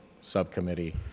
subcommittee